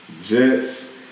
Jets